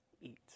eat